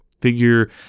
figure